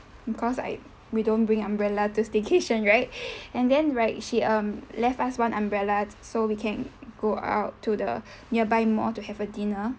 because I we don't bring umbrella to staycation right and then right she um left us one umbrella so we can go out to the nearby mall to have a dinner